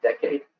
decade